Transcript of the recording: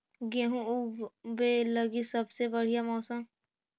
गेहूँ ऊगवे लगी सबसे बढ़िया मौसम?